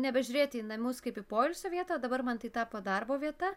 nebežiūrėti į namus kaip į poilsio vietą dabar man tai tapo darbo vieta